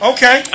Okay